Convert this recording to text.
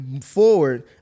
forward